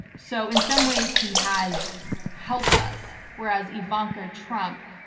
so in some ways he has helped us, whereas ivanka trump,